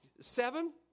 Seven